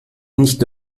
nicht